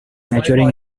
maturing